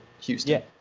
Houston